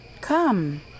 Come